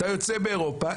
אתה יוצא מאירופה,